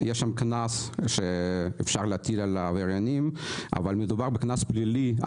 יש שם קנס שאפשר להטיל על עבריינים אבל מדובר בקנס פלילי.